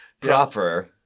Proper